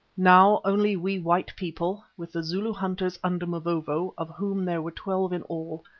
now only we white people, with the zulu hunters under mavovo, of whom there were twelve in all,